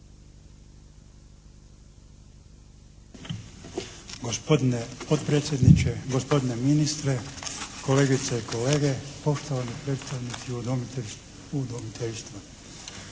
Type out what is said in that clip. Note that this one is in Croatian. Gospodine potpredsjedniče, gospodine ministre, kolegice i kolege, poštovani predstavnici udomiteljstva!